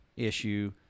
issue